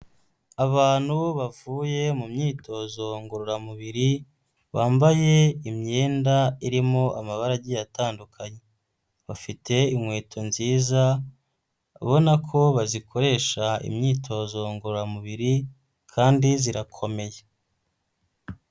Abantu bavuye mu myitozo ngororamubiri, bambaye imyenda irimo amabara agiye atandukanye. Bafite inkweto nziza, abona ko bazikoresha imyitozo ngororamubiri kandi zirakomeye.